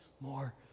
more